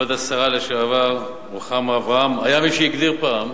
כבוד השרה לשעבר רוחמה אברהם, היה מי שהגדיר פעם